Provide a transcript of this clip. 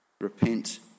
Repent